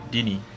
Dini